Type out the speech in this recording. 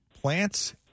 plants